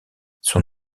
son